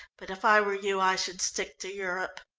but if i were you i should stick to europe.